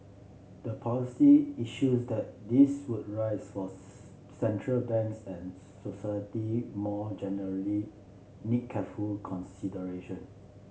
the policy issues that this would raise for central banks and society more generally need careful consideration